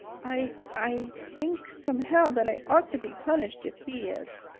i i think, somehow, that i ought to be punished if he is.